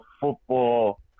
football